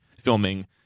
filming